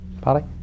Paddy